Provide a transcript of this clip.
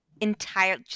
entire